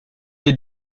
est